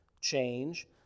change